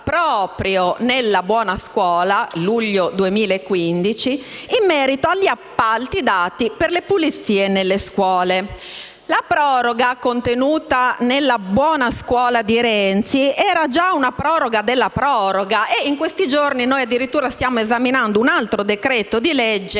legge sulla buona scuola del luglio 2015, in merito agli appalti per le pulizie nelle scuole. La proroga, contenuta nella buona scuola di Renzi, era già una proroga della proroga, e in questi giorni stiamo addirittura esaminando un altro provvedimento di legge